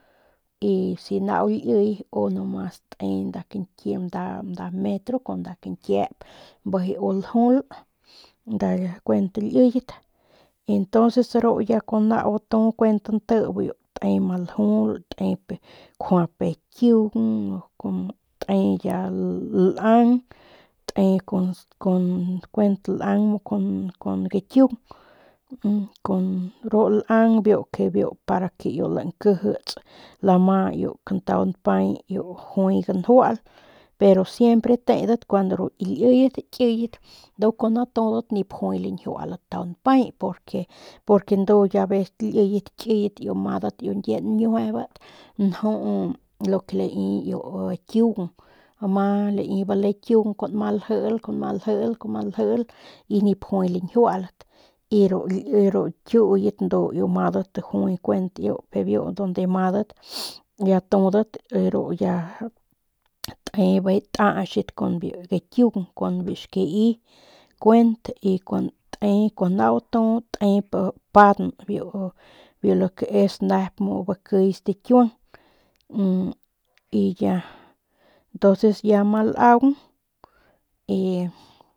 Si nau liy pus nomas te nda metro kun nda kañkiep bijiy u ljulndu kuent liyet ntonces ru ya con nau tu kuent nti ru te maljul kjuap kiung te ya lang te kuent lang kuent kun gikiung biu lang biu para ke iu lankijits lama kantau npay y iu juay ganjual pero siempre tedat kuandu ru ki liyet kiyet ndu kun tudat nip juay lañjiualat kantau npay porque porque ya vez que ki liyet kiyet iu amadat nkie ñjiuejebat nju iu lai kiung ama bale kiung kua nma ljiil kuanma ljiil kuanma ljiil y nip juay lañjiualat y ru ñkiuyet ndu amadat juy kuent unde amadat ya tudat ru ya te bijiy taax kun biu gikiung kun biu xkii kuent y kun te y kun nau tu tep pan nep bakiy stikiuang y ya tonces ya ama laung y.